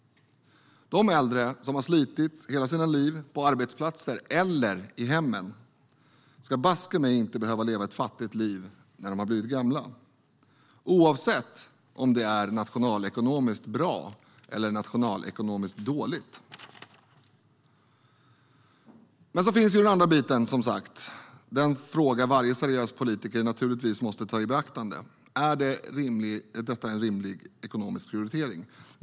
De äldre som slitit hela sina liv, på arbetsplatser eller i hemmet, ska baske mig inte behöva leva ett fattigt liv när de blivit gamla - oavsett om det är nationalekonomiskt bra eller nationalekonomiskt dåligt. Men så finns som sagt den andra biten, den fråga varje seriös politiker naturligtvis måste ta i beaktande: Är detta en rimlig ekonomisk prioritering?